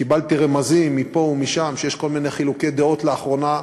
קיבלתי רמזים מפה ומשם שיש כל מיני חילוקי דעות לאחרונה,